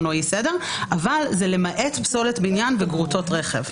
או אי-סדר אבל זה למעט פסולת בניין וגרוטאות רכב.